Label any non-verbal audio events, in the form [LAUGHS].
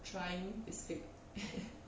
trying to speak [LAUGHS]